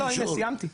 סיימתי.